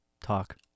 Talk